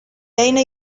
beina